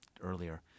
earlier